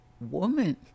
woman